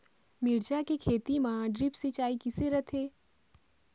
मिरचा के खेती म ड्रिप सिचाई किसे रथे?